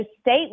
state